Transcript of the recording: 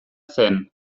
zen